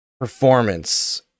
performance